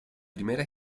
primera